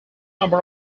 number